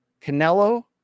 Canelo